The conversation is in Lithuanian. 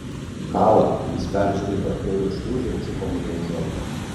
kala jis peržengė per kraujo šliūžę ir čiupo mane už rankos